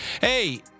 Hey